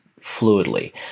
fluidly